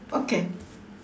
okay